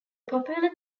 popular